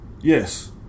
Yes